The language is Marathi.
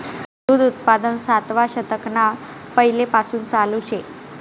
दूध उत्पादन सातवा शतकना पैलेपासून चालू शे